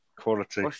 quality